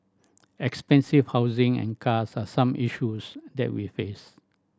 expensive housing and cars are some issues that we face